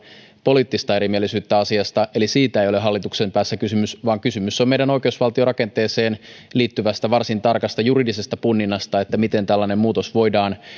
poliittista erimielisyyttä asiasta eli siitä ei ole hallituksen päässä kysymys vaan kysymys on meidän oikeusvaltiorakenteeseemme liittyvästä varsin tarkasta juridisesta punninnasta miten tällainen muutos voidaan